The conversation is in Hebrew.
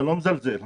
ואני לא מזלזל בזה,